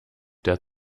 der